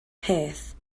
peth